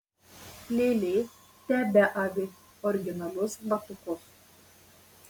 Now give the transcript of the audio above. lėlė tebeavi originalius batukus